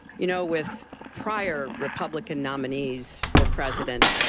you know, with prior republican nominees for president,